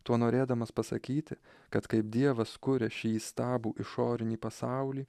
tuo norėdamas pasakyti kad kaip dievas kuria šį įstabų išorinį pasaulį